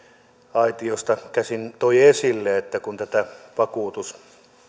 aitiosta käsin toi esille sen että kun tätä